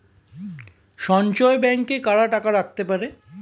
সঞ্চয় ব্যাংকে কারা টাকা রাখতে পারে?